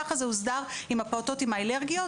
כך זה הוסדר עם הפעוטות האלרגיות,